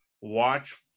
watch